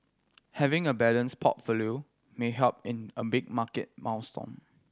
having a balanced portfolio may help in a big market maelstrom